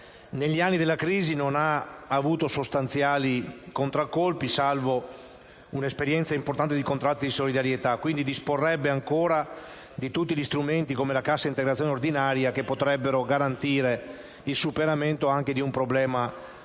Negli anni della crisi non ha avuto sostanziali contraccolpi, salvo un'esperienza importante di contratti di solidarietà, per cui disporrebbe ancora di strumenti, quali la cassa integrazione ordinaria, che potrebbero garantire il superamento di un problema come